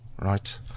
right